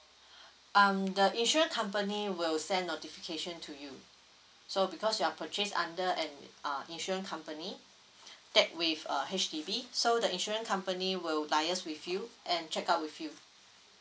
um the insurance company will send notification to you so because you're purchase under an uh insurance company that with a H_D_B so the insurance company will liaise with you and check out with you